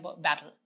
battle